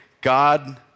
God